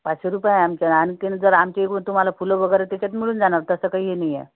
पाचशे रुपये आहे आमच्या आणखी जर आमच्याकुन तुम्हाला फुलं वगैरे त्याच्यात मिळून जाणार तसं काही हे नाही आहे